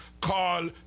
call